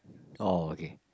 oh okay